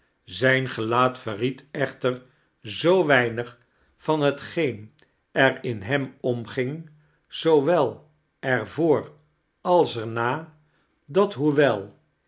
zijn gelaat verried echter zoo weinig van hetgeen er in hem omging zoowel er voor als er na dat